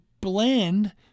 blend